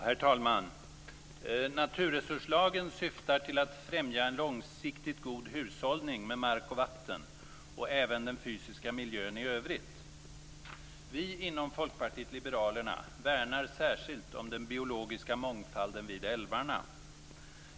Herr talman! Naturresurslagen syftar till att främja en långsiktigt god hushållning med mark och vatten och även den fysiska miljön i övrigt. Vi inom Folkpartiet liberalerna värnar särskilt om den biologiska mångfalden vid älvarna.